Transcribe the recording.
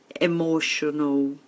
emotional